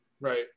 right